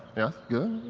yes. good.